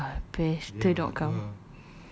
yup uh better not come